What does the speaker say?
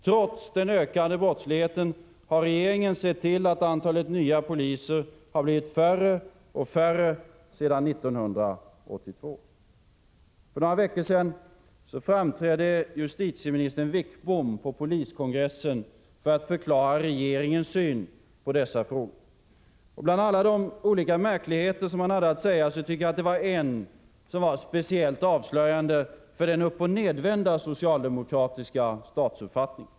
Trots den ökande brottsligheten har regeringen sett till att antalet nya poliser har blivit mindre och mindre sedan 1982. För några veckor sedan framträdde justitieminister Wickbom på poliskongressen för att förklara regeringens syn på dessa frågor. Bland alla de märkligheter han hade att säga tycker jag att det var en som var speciellt avslöjande för den uppochnedvända socialdemokratiska statsuppfattningen.